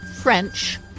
French